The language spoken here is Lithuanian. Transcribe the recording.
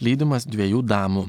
lydimas dviejų damų